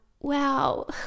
wow